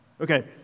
Okay